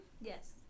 Yes